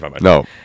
no